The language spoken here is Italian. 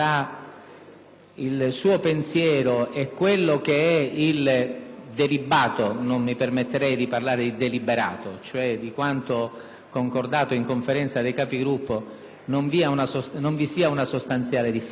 il suo pensiero e il delibato (non mi permetterei di parlare di deliberato), cioè quanto concordato nella Conferenza dei Capigruppo, non vi sia una sostanziale differenza.